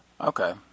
Okay